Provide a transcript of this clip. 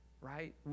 Right